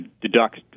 deduct